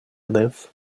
live